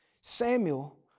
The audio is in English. Samuel